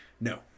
no